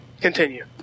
Continue